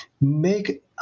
make